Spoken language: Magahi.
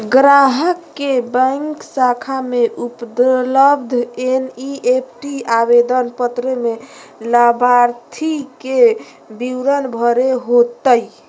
ग्राहक के बैंक शाखा में उपलब्ध एन.ई.एफ.टी आवेदन पत्र में लाभार्थी के विवरण भरे होतय